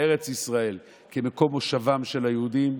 בארץ ישראל כמקום מושבם של היהודים,